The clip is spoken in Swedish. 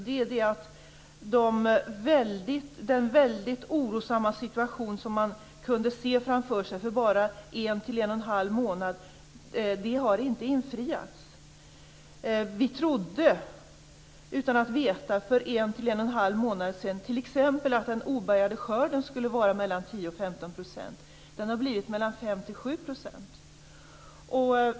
Det är bl.a. att den väldigt orosamma situation som man kunde se framför sig för bara en till en och en halv månad sedan inte har infriats. Vi trodde, utan att veta, för en till en och en halv månad sedan t.ex. att den obärgade skörden skulle vara 10-15 %. Den har blivit 5-7 %.